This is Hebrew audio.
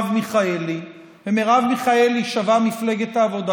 מיכאלי ומרב מיכאלי שווה מפלגת העבודה,